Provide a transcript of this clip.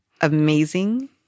amazing